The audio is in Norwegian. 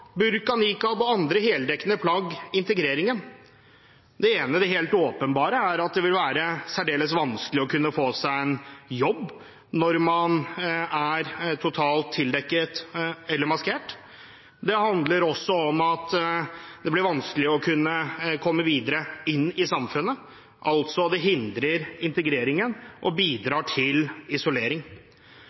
og andre heldekkende plagg integreringen. Det ene – det helt åpenbare – er at det vil være særdeles vanskelig å kunne få seg en jobb når man er totalt tildekket eller maskert. Det handler også om at det blir vanskelig å komme videre inn i samfunnet, altså det hindrer integreringen og bidrar til isolering.